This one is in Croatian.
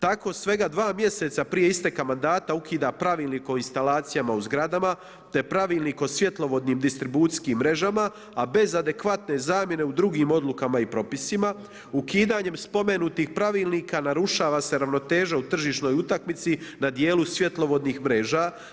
Tako svega 2 mjeseca prije isteka mandata, ukida pravilnik o instalacijama u zgradama, te pravilnik o svjetlovodnim distribucijskim mrežama, a bez adekvatne zamjene u drugim odlukama i propisima, ukidanje spomenutih pravilnika, narušava se ravnoteža u tržišnoj utakmici, na dijelu svjetlovodnih mreža.